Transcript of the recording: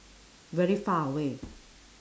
very far away